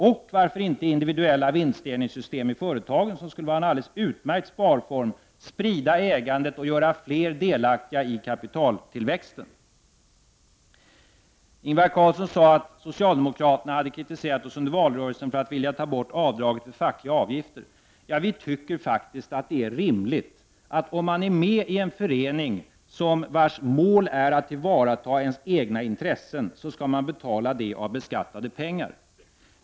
Man kan också tänka sig individuella vinstdelningssystem i företagen, vilket skulle vara en alldeles utmärkt sparform. Den skulle sprida ägandet och göra fler delaktiga i kapitaltillväxten. Ingvar Carlsson sade att socialdemokraterna hade kritiserat oss under valrörelsen för att vilja ta bort avdragen för fackliga avgifter. Om man är med i en förening som har till syfte att tillvarata ens egna intressen, tycker vi att det är rimligt att avgiften betalas med beskattade pengar.